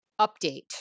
update